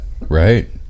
Right